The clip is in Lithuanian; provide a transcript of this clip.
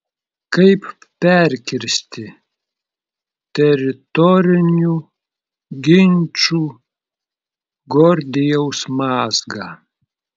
kaip perkirsti teritorinių ginčų gordijaus mazgą